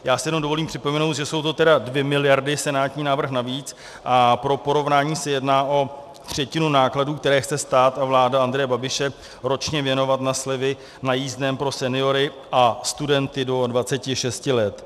Já si jenom dovolím připomenout, že jsou to tedy dvě miliardy senátní návrh navíc, a pro porovnání se jedná o třetinu nákladů, které chce stát a vláda Andreje Babiše ročně věnovat na slevy na jízdném pro seniory a studenty do 26 let.